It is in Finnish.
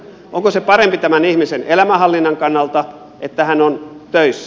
onko se parempi tämän ihmisen elämänhallinnan kannalta että hän on töissä